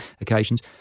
occasions